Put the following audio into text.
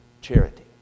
charity